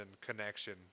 connection